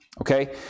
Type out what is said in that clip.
Okay